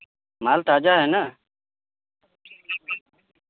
माल ताज़ा है ना